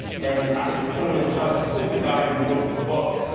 and i had to put him in touch with the guy who wrote the book.